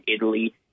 Italy